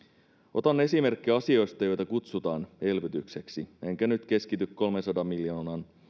otan esimerkkejä asioista joita kutsutaan elvytykseksi enkä nyt keskity kolmensadan miljoonan